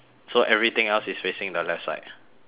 so everything else is facing the left side